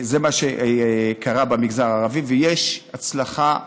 זה מה שקרה במגזר הערבי, ויש הצלחה.